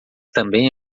também